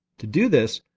to do this,